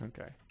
Okay